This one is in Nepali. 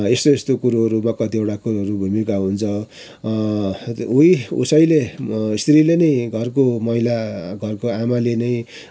यस्तो यस्तो कुरोहरू वा कतिवटा कुरोहरू भूमिका हुन्छ उही उसैले स्त्रीले नै घरको महिला घरको आमाले नै